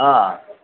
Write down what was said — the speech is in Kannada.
ಆಂ